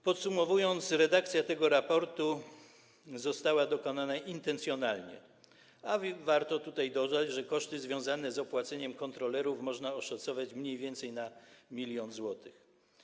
Podsumowując, redakcja tego raportu została dokonana intencjonalnie, a warto dodać, że koszty związane z opłaceniem kontrolerów można oszacować mniej więcej na 1 mln zł.